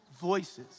voices